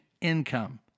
income